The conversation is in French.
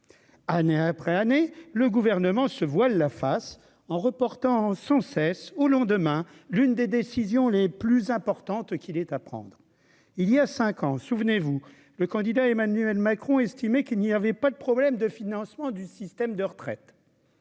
année après année, le gouvernement se voile la face en reportant sans cesse où l'on demain l'une des décisions les plus importantes qu'il est à prendre, il y a 5 ans, souvenez-vous, le candidat Emmanuel Macron estimait qu'il n'y avait pas de problème de financement du système de retraite.